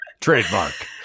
Trademark